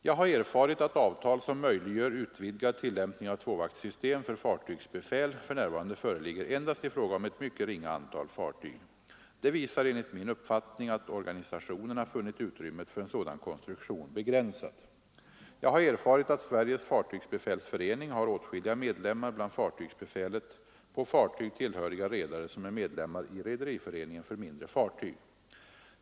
Jag har erfarit att avtal som möjliggör utvidgad tillämpning av tvåvaktssystem för fartygsbefäl för närvarande föreligger endast i fråga om ett mycket ringa antal fartyg. Det visar enligt min uppfattning att organisationerna funnit utrymmet för en sådan konstruktion begränsat. Jag har erfarit att Sveriges fartygsbefälsförening har åtskilliga medlemmar bland fartygsbefälet på fartyg tillhöriga redare som är medlemmar i Rederiföreningen för mindre fartyg.